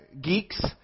geeks